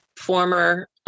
former